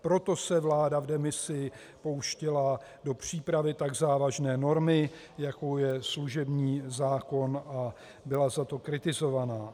Proto se vláda v demisi pouštěla do přípravy tak závažné normy, jakou je služební zákon, a byla za to kritizovaná.